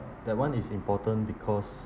that one is important because